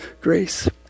grace